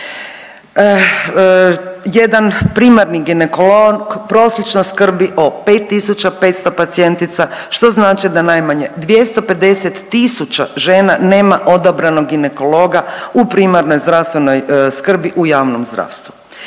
Jedan primarni ginekolog prosječno skrbi o 5.500 pacijentica što znači da najmanje 250.000 žena nema odabranog ginekologa u primarnoj zdravstvenoj skrbi u javnom zdravstvu.